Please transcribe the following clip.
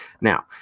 Now